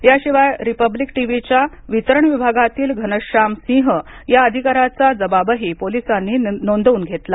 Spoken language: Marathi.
याशिवाय पोलिसांनी रिपब्लिक टीव्हीच्या वितरण विभागातील घनश्याम सिंह या अधिकाऱ्याचा जबाबही पोलिसांनी नोंदवून घेतला